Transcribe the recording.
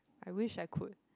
I wish I could